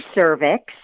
cervix